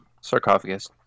sarcophagus